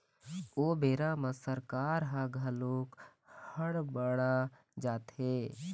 ओ बेरा म सरकार ह घलोक हड़ बड़ा जाथे